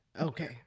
Okay